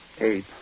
eight